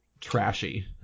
trashy